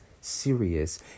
serious